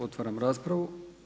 Otvaram raspravu.